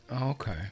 Okay